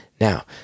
Now